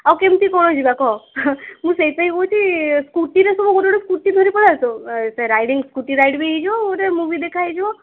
ଆଉ କେମିତି କ'ଣ ଯିବା କହ ମୁଁ ସେଇଥି ପାଇଁ କହୁଛି ସ୍କୁଟିରେ ସବୁ ଗୋଟେ ଗୋଟେ ସ୍କୁଟି ଧରି ପଳାଇ ଆସ ସେ ରାଇଡ଼ିଂ ସେ ସ୍କୁଟି ରାଇଡ଼୍ ବି ହେଇଯିବ ମୁଭି ଦେଖା ହେଇଯିବ